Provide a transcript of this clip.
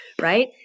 right